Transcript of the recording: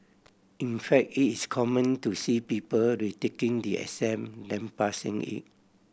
in fact it is common to see people retaking the exam than passing it